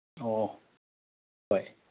ꯑꯣ ꯍꯣꯏ